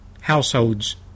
households